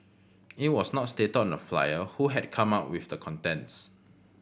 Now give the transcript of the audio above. it was not stated on the flyer who had come up with the contents